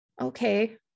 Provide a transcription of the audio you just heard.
okay